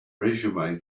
resume